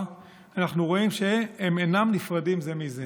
אנחנו רואים שהן אינן נפרדות זו מזו.